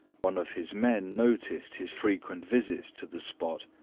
one of his men noticed his frequent visits to the spot,